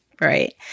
right